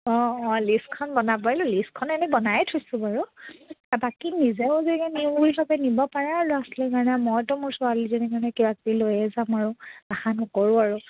অঁ অঁ লিষ্টখন বনাবই লাগিব লিষ্টখন এনেই বনাই থৈছোঁ বাৰু বাকী নিজেও নিও বুলিলে নিব পাৰে আৰু ল'ৰা ছোৱালীৰ কাৰণে মইতো মোৰ ছোৱালীজনীৰ কাৰণে কিবা কিব লৈয়ে যাম আৰু আশা নকৰোঁ আৰু